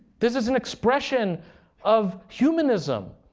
this is an expression of humanism.